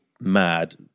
mad